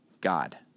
God